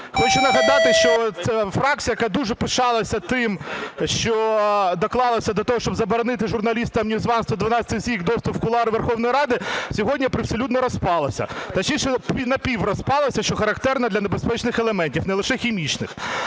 Хочу нагадати, що фракція, яка дуже пишалася тим, що доклалася до того, щоб заборонити журналістам NewsOne, "112" – всіх доступ в кулуари Верховної Ради, сьогодні привселюдно розпалася, точніше, напіврозпалася, що характерно для небезпечних елементів, не лише хімічних.